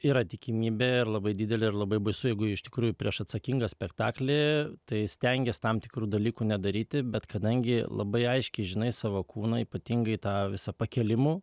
yra tikimybėir labai didelė ir labai baisu jeigu iš tikrųjų prieš atsakingą spektaklį tai stengies tam tikrų dalykų nedaryti bet kadangi labai aiškiai žinai savo kūną ypatingai tą visą pakėlimų